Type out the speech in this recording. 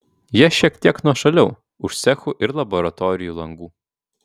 jie šiek tiek nuošaliau už cechų ir laboratorijų langų